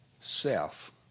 self